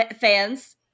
fans